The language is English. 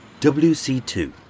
WC2